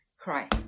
cry